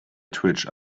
twitched